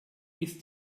ist